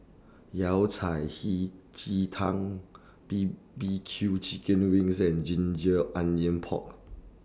Yao Cai Hei Ji Tang B B Q Chicken Wings and Ginger Onions Pork